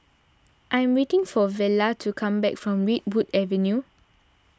I am waiting for Vella to come back from Redwood Avenue